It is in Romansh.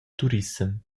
turissem